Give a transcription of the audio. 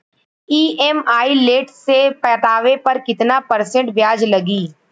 EMI late से पटावे पर कितना परसेंट ब्याज लगी?